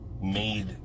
made